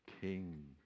king